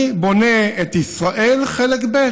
אני בונה את ישראל חלק ב'.